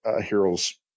heroes